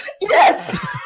Yes